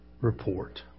report